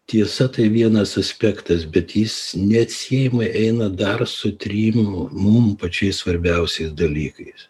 tiesa tai vienas aspektas bet jis neatsiejamai eina dar su trim mum pačiais svarbiausiais dalykais